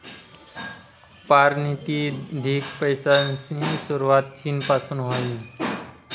पारतिनिधिक पैसासनी सुरवात चीन पासून व्हयनी